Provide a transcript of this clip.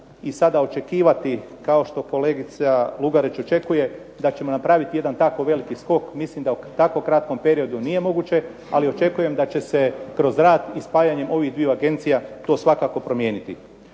i sada očekivati kao što kolegica Lugarić očekuje da ćemo napraviti jedan tako veliki skok mislim da u tako kratkom periodu nije moguće, ali očekujem da će se kroz rad i spajanjem ovih dviju agencija to svakako promijeniti.